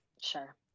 Sure